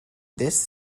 this